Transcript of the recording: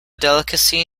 delicacy